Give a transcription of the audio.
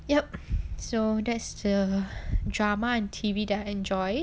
yup so that's the drama and T_V that I enjoy